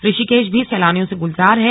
ऋषिकेश भी सैलानियों से गुलजार है